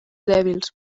dèbils